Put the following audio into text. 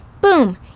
Boom